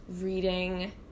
reading